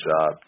job